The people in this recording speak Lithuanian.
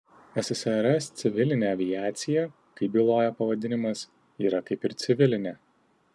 ssrs civilinė aviacija kaip byloja pavadinimas yra kaip ir civilinė